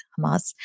Hamas